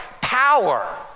power